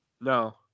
no